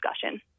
discussion